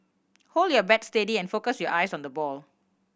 hold your bat steady and focus your eyes on the ball